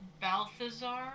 Balthazar